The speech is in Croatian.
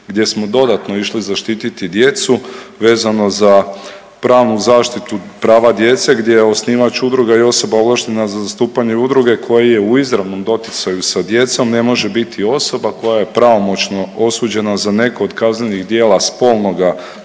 gdje smo dodatno išli zaštititi djecu vezano za pravnu zaštitu prava djece gdje je osnivač udruga i osoba ovlaštena za zastupanje udruge koja je u izravnom doticaju sa djecom ne može biti osoba koja je pravomoćno osuđena za neko od kaznenih djela spolnoga